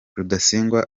rudasingwa